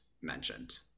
mentioned